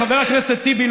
חבר הכנסת טיבי,